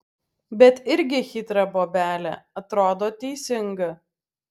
bet irgi chitra bobelė atrodo teisinga